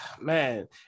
Man